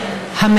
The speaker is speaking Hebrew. עסקה בזה רבות,